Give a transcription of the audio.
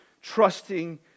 trusting